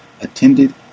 attended